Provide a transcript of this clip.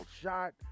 shot